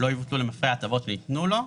לא יבוטלו למפרע ההטבות שניתנו לו.